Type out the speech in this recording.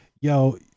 yo